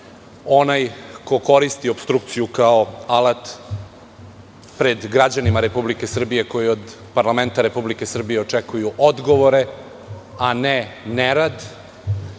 Onaj ko koristi opstrukciju kao alata pred građanima Republike Srbije koji od parlamenta Republike Srbije očekuju odgovore, a ne nerad,